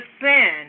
sin